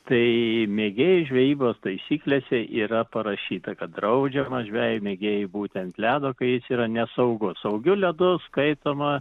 tai mėgėjų žvejybos taisyklėse yra parašyta kad draudžiama žvejui mėgėjui būti ant ledo kai jis yra nesaugus saugiu ledu skaitoma